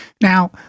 Now